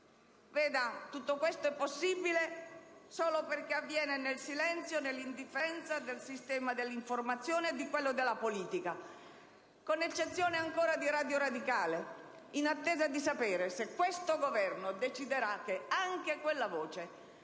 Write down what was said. Veda, tutto questo è possibile solo perché avviene nel silenzio e nell'indifferenza del sistema dell'informazione e di quello della politica, con l'eccezione ancora di Radio Radicale, in attesa di sapere se questo Governo deciderà che anche quella voce